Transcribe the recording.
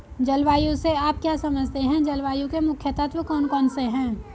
जलवायु से आप क्या समझते हैं जलवायु के मुख्य तत्व कौन कौन से हैं?